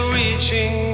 reaching